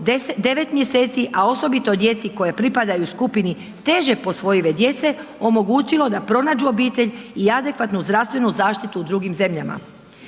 9 mj. a osobito djeci koja pripadaju skupini teže posvojive djece omogućilo da pronađu obitelj i adekvatnu zdravstvenu zaštitu u drugim zemljama.